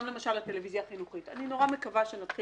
גם למשל הטלוויזיה החינוכית אני מקווה מאוד שנתחיל